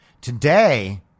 Today